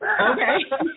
Okay